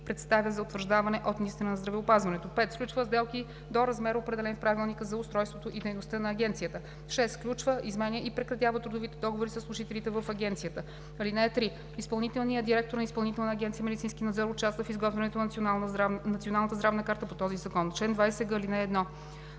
представя за утвърждаване от министъра на здравеопазването. 5. сключва сделки до размер, определен в правилника за устройството и дейността на Агенцията; 6. сключва, изменя и прекратява трудовите договори със служителите в Агенцията. (3) Изпълнителният директор на Изпълнителна агенция „Медицински надзор“ участва в изготвянето на Националната здравна карта, по този закон.“ „Чл. 20г. (1)